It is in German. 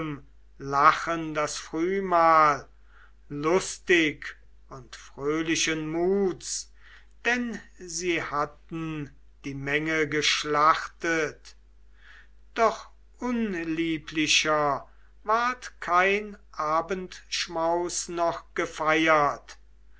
lachen das frühmahl lustig und fröhlichen muts denn sie hatten die menge geschlachtet doch unlieblicher ward kein abendschmaus noch gefeiert